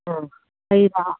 ꯎꯝ ꯀꯔꯤ ꯍꯥꯏꯕ